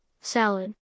salad